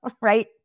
right